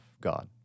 God